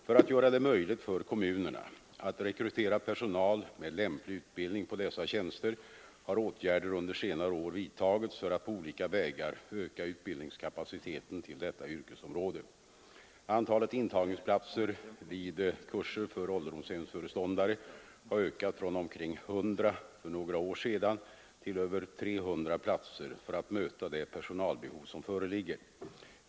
För att göra det möjligt för kommunerna att rekrytera personal med lämplig utbildning på dessa tjänster har åtgärder under senare år vidtagits för att på olika vägar öka utbildningskapaciteten till detta yrkesområde. Antalet intagningsplatser vid kurser för ålderdomshemsföreståndare har ökat från omkring 100 för några år sedan till över 300 platser för att möta det personalbehov som föreligger.